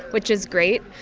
which is great.